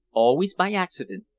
always by accident,